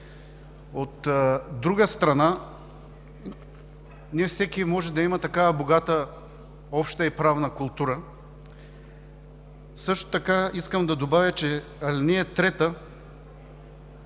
От друга страна, не всеки може да има такава богата обща и правна култура. Също така искам да добавя, че ал.